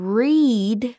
read